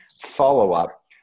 follow-up